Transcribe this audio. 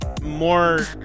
more